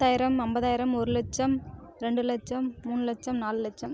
பத்தாயிரம் ஐம்பதாயிரம் ஒரு லட்சம் ரெண்டு லட்சம் மூணு லட்சம் நாலு லட்சம்